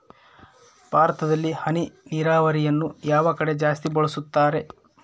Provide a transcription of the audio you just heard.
ಭಾರತದಲ್ಲಿ ಹನಿ ನೇರಾವರಿಯನ್ನು ಯಾವ ಕಡೆ ಜಾಸ್ತಿ ಬಳಸುತ್ತಾರೆ?